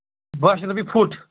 باہ شَتھ رۄپیہِ فُٹ